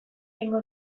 egingo